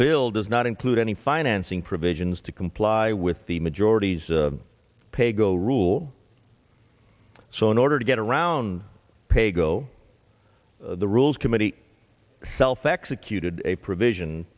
does not include any financing provisions to comply with the majority's paygo rule so in order to get around pay go the rules committee self executed a provision